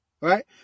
Right